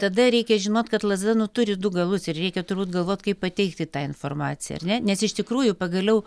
tada reikia žinot kad lazda nu turi du galus ir reikia turbūt galvot kaip pateikti tą informaciją ar ne nes iš tikrųjų pagaliau